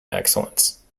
excellence